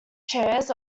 chairs